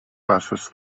passes